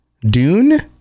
dune